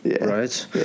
right